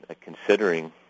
considering